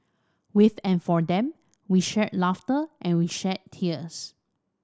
with and for them we shared laughter and we shed tears